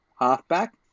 halfback